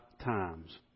times